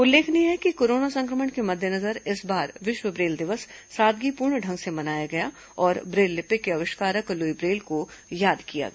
उल्लेखनीय है कि कोरोना संक्रमण के मद्देनजर इस बार विश्व ब्रेल दिवस सादगीपूर्ण ढंग से मनाया गया और ब्रेल लिपि के आविष्कारक लुई ब्रेल को याद किया गया